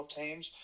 teams